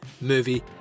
movie